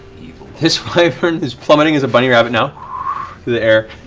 this wyvern is plummeting as a bunny rabbit now through the air.